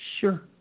sure